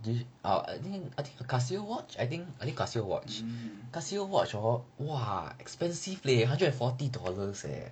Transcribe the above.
G err I think I think a casio watch I think casio watch casio watch hor !wah! expensive leh hundred and forty dollars leh